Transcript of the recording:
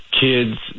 kids